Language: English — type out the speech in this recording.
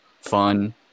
fun